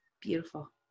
Beautiful